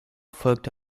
folgte